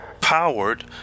powered